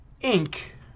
ink